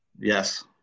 Yes